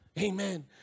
Amen